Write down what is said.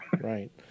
Right